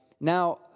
Now